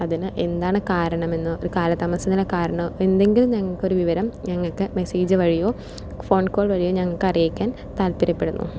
അതിന് എന്താണ് കാരണമെന്ന് ഒരു കാലതാമസത്തിന് കാരണം എന്തെങ്കിലും ഞങ്ങൾക്കൊരു വിവരം ഞങ്ങൾക്ക് മെസ്സേജ് വഴിയോ ഫോൺ കോൾ വഴിയോ ഞങ്ങൾക്ക് അറിയിക്കാൻ താൽപര്യപ്പെടുന്നു